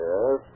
Yes